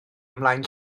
ymlaen